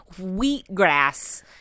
wheatgrass